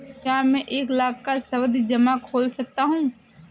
क्या मैं एक लाख का सावधि जमा खोल सकता हूँ?